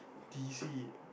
D_C